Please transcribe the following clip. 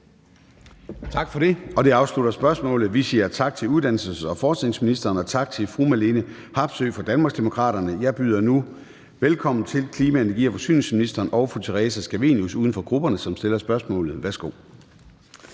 Tak for det. Det afslutter spørgsmålet. Vi siger tak til uddannelses- og forskningsministeren og tak til fru Marlene Harpsøe fra Danmarksdemokraterne. Jeg byder nu velkommen til klima-, energi- og forsyningsministeren og fru Theresa Scavenius uden for grupperne, som stiller spørgsmålet. Kl.